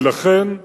ולכן,